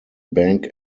bank